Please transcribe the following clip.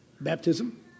baptism